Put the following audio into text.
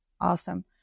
Awesome